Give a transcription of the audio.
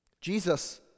Jesus